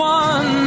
one